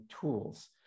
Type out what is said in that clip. tools